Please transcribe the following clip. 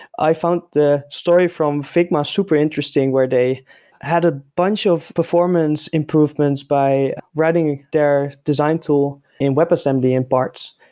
i found the story from figma super interesting, where they had a bunch of performance improvements by writing their design tool in web assembly in parts.